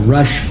Rush